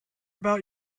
about